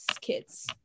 kids